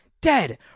dead